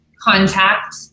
contact